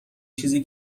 چیزی